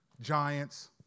Giants